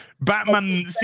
Batman